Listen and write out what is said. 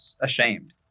ashamed